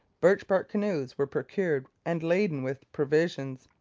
birch-bark canoes were procured and laden with provisions,